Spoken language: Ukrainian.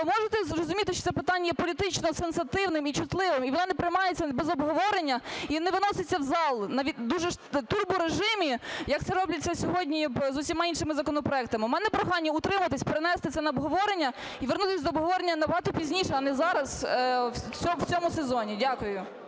ви можете зрозуміти, що це питання є політично сенситивним і чутливим, і воно не приймається без обговорення, і не виноситься в зал в турборежимі, як це робиться сьогодні з усіма іншими законопроектами? В мене прохання утриматись, перенести це на обговорення і вернутись до обговорення набагато пізніше, а не зараз, в цьому сезоні. Дякую.